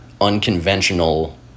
unconventional